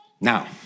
Now